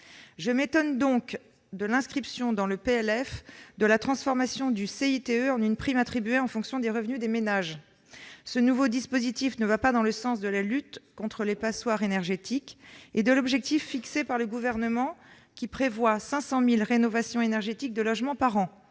Je m'étonne donc de l'inscription dans le projet de loi de finances de la transformation du CITE en une prime attribuée en fonction des revenus des ménages. Ce nouveau dispositif ne va pas dans le sens de la lutte contre les passoires énergétiques et de l'objectif fixé par le Gouvernement, qui prévoit 500 000 rénovations énergétiques de logements par an.